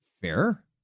Fair